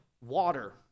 water